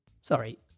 Sorry